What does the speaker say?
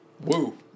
Woo